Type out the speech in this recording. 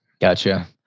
Gotcha